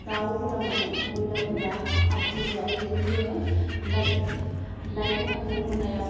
दाउफोरा माने बइलारफोरा आद्रि जाया बेबायदिनो जोङो लाइट लाइट होनांगौ मोनायाव